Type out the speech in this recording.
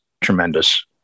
tremendous